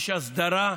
יש הסדרה.